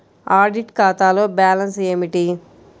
Audit ఖాతాలో balance ఏమిటీ?